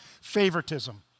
favoritism